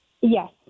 Yes